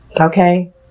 okay